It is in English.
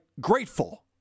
grateful